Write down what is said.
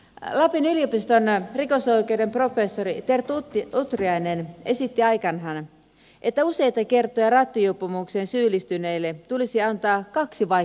lapin yliopiston rikosoikeuden professori terttu utriainen esitti aikanaan että useita kertoja rattijuopumukseen syyllistyneille tulisi antaa kaksi vaihtoehtoa